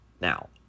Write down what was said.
Now